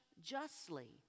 justly